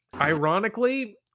Ironically